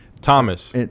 Thomas